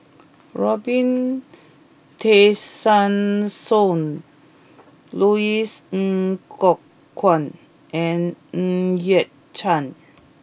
Robin Tessensohn Louis Ng Kok Kwang and Ng Yat Chuan